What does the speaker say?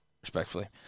respectfully